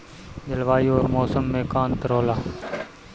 जलवायु और मौसम में का अंतर होला?